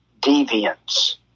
deviance